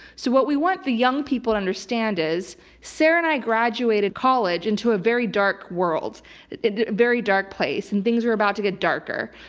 so what we want the young people to understand is sarah and i graduated college into a very dark world, a very dark place and things are about to get darker.